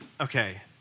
okay